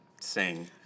sing